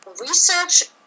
research